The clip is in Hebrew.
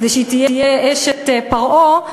כדי שהיא תהיה אשת פרעה,